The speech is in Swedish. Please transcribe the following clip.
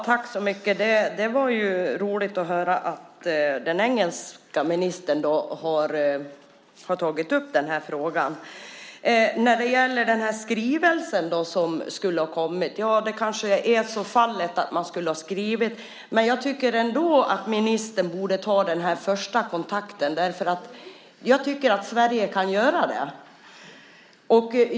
Herr talman! Det var roligt att höra att den engelske ministern har tagit upp den här frågan. När det gäller den här skrivelsen kanske det är så att man skulle ha skrivit, men jag tycker ändå att ministern borde ta den här första kontakten. Jag tycker att Sverige kan göra det.